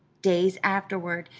days afterward,